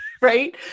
right